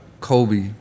Kobe